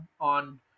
on